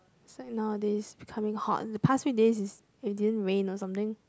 say nowadays becoming hot and the past few days is it didn't rain or something